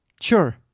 Sure